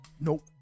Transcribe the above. Nope